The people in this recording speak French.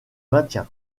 maintient